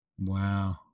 Wow